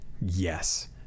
Yes